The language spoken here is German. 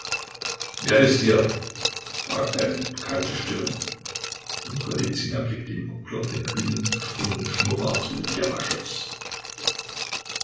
wer ist hier fragte eine bekannte stimme und golizyn erblickte im guckloch den kühn geschwungenen schnurrbart